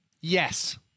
Yes